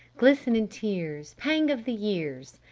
glisten and tears, pang of the years.